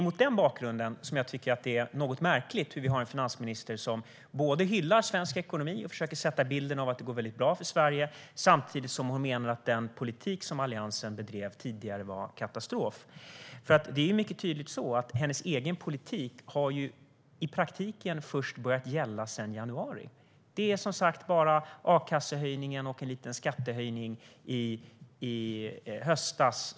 Mot den bakgrunden är det något märkligt att finansministern hyllar svensk ekonomi och försöker skapa en bild av att det går bra Sverige samtidigt som hon menar att den politik Alliansen bedrev tidigare var katastrofal. Det är mycket tydligt att hennes egen politik har börjat gälla i praktiken först sedan januari. De första förslagen som finansministern fick igenom var som sagt bara a-kassehöjningen och en liten skattehöjning i höstas.